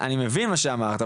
אני מבין מה שאמרת,